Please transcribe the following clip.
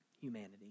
humanity